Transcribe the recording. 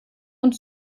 und